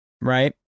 right